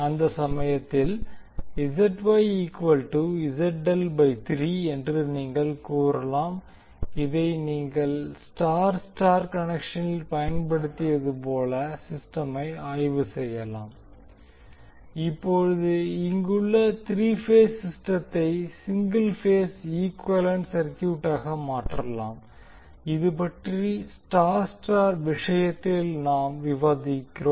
அந்த சமயத்தில் என்று நீங்கள் கூறலாம் இதை நீங்கள் ஸ்டார் ஸ்டார் கனெக்ஷனில் பயன்படுத்தியது போல சிஸ்டமை ஆய்வு செய்யலாம் இப்போது இங்குள்ள 3 பேஸ் சிஸ்டத்தை சிங்கிள் பேஸ் ஈக்குவேலன்ட் சர்க்யூட்டாக மாற்றலாம் இது பற்றி ஸ்டார் ஸ்டார் விஷயத்தில் நாம் விவாதிக்கிறோம்